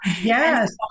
Yes